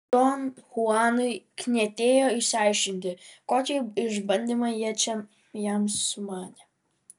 don chuanui knietėjo išsiaiškinti kokį išbandymą jie čia jam sumanė